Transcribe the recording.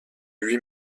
lui